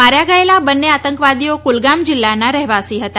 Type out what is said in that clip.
માર્યા ગયેલા બંને આતંકવાદીઓ કુલગામ જીલ્લાના રહેવાસી હતા